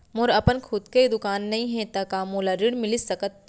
मोर अपन खुद के दुकान नई हे त का मोला ऋण मिलिस सकत?